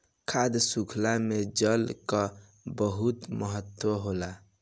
खाद्य शृंखला में जल कअ बहुत महत्व होला